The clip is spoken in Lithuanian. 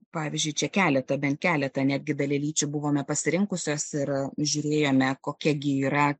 pavyzdžiui čia keletą bent keletą netgi dalelyčių buvome pasirinkusios ir žiūrėjome kokia gi yra